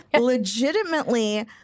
legitimately